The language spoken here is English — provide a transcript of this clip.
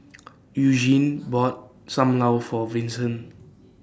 Eugenie bought SAM Lau For Vincent